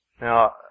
Now